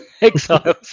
Exiles